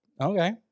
Okay